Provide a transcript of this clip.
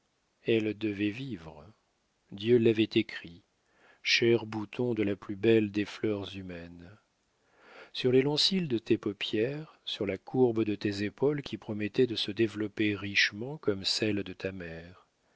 elle devait vivre dieu l'avait écrit cher bouton de la plus belle des fleurs humaines sur les longs cils de tes paupières sur la courbe de tes épaules qui promettaient de se développer richement comme celles de ta mère